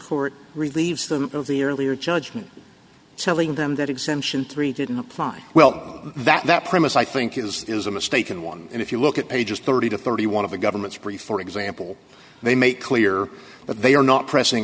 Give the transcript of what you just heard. court relieves them of the earlier judgment telling them that exemption three didn't apply well that that premise i think is a mistaken one and if you look at pages thirty to thirty one of the government's brief for example they make clear that they are not pressing